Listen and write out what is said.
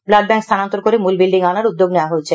blood bank স্হানান্তর করে মূল বিল্ডিং এ আনার উদ্যোগে নেওয়া হয়েছে